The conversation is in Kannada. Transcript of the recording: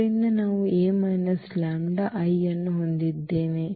ಆದ್ದರಿಂದ ನಾವು ಈ A λI ಅನ್ನು ಹೊಂದಿದ್ದೇವೆ